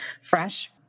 fresh